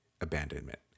Abandonment